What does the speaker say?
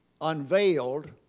unveiled